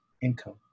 income